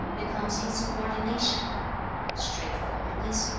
becomes insubordination straightforwardness,